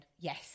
Yes